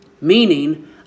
Meaning